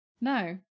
No